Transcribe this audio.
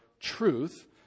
truth